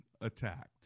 attacked